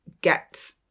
get